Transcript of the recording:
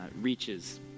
reaches